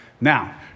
Now